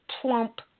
plump